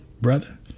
brother